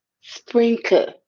sprinkle